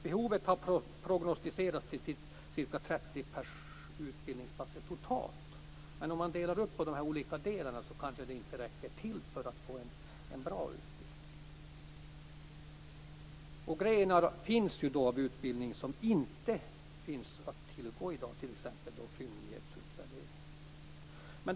Behovet har prognostiserats till totalt ca 30 utbildningsplatser, men uppdelade på de olika områdena räcker resurserna kanske inte till för att genomföra en bra utbildning. Vissa grenar av sådan här utbildning kan i dag inte tillhandahållas, t.ex. utbildning i fyndighetsutvärdering.